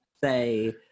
Say